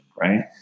Right